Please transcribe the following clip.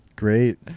Great